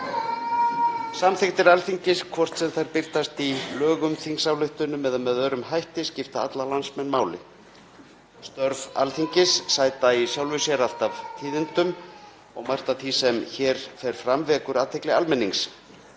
Samþykktir Alþingis, hvort sem þær birtast í lögum, þingsályktunum eða með öðrum hætti, skipta alla landsmenn máli. Störf Alþingis sæta í sjálfu sér alltaf tíðindum og margt af því sem hér ber við vekur athygli almennings.